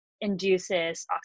induces